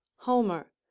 homer